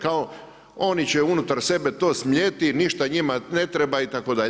Kao oni će u unutar sebe to smljeti, ništa njima ne treba itd.